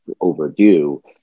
overdue